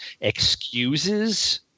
excuses